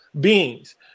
beings